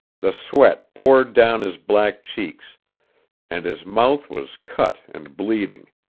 the sweat poured down his black cheeks and his mouth was cut and bleeding.